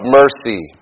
mercy